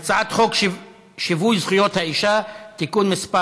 הצעת חוק שיווי זכויות האישה (תיקון מס'